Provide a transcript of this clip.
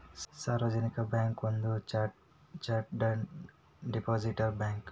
ಸಾರ್ವಜನಿಕ ಬ್ಯಾಂಕ್ ಒಂದ chartered depository bank